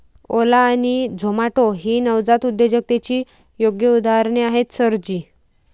ओला आणि झोमाटो ही नवजात उद्योजकतेची योग्य उदाहरणे आहेत सर जी